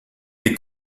des